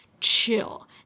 chill